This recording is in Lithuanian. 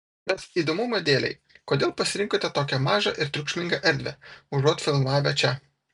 bet įdomumo dėlei kodėl pasirinkote tokią mažą ir triukšmingą erdvę užuot filmavę čia